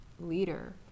leader